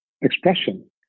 expression